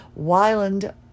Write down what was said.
Wyland